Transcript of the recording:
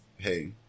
Hey